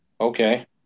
Okay